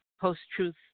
post-truth